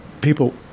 people